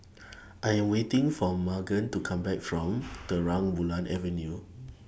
I Am waiting For Magen to Come Back from Terang Bulan Avenue